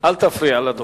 אל תפריע לדובר.